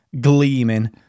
gleaming